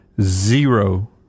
zero